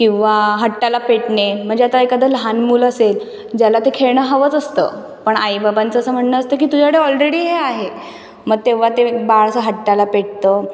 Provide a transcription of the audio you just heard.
किंवा हट्टाला पेटणे म्हणजे आता एखादं लहान मूल असेल ज्याला ते खेळणं हवंच असतं पण आईबाबांचं असं म्हणणं असतं की तुझ्याकडे ऑलरेडी हे आहे मग तेव्हा ते बाळ कसं हट्टाला पेटतं